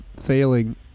failing